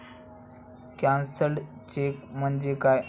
Cancelled cheque म्हणजे काय?